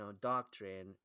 doctrine